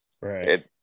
Right